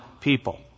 people